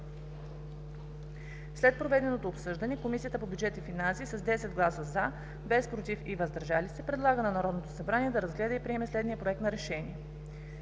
След проведеното обсъждане Комисията по бюджет и финанси с 10 гласа „за“, без „против“ и „въздържали се“ предлага на Народното събрание да разгледа и приеме следния Проект на решение: